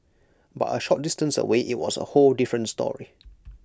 but A short distance away IT was A whole different story